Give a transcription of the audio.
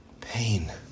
pain